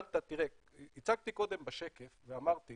הצגתי קודם בשקף ואמרתי